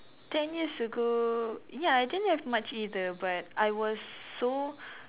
ten years ago ya I didn't have much either but I was so